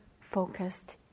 focused